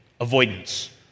Avoidance